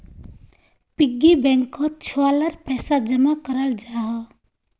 piggy बैंकोत छुआ लार पैसा जमा कराल जाहा